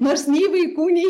nors nei vaikų nei